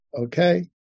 Okay